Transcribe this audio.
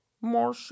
more